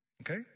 Okay